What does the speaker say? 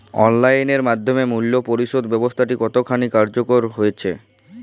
Online এর মাধ্যমে মূল্য পরিশোধ ব্যাবস্থাটি কতখানি কার্যকর হয়েচে?